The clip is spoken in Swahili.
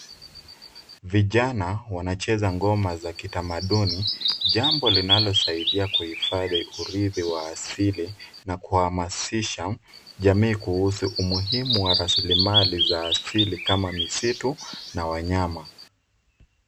Vijana wanacheza ngoma za kitamaduni, jambo linalo saidia kuhifadhi uridhi wa asili na kuhamasisha jamii kuhusu umuhimu wa rasilimali za asili kama misitu na wanyama.